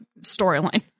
storyline